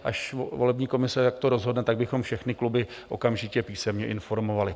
Jak to volební komise rozhodne, tak bychom všechny kluby okamžitě písemně informovali.